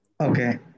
Okay